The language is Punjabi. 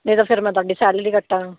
ਨਹੀਂ ਤਾਂ ਫਿਰ ਮੈਂ ਤੁਹਾਡੀ ਸੈਲਰੀ ਕੱਟਾਂ